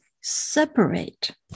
separate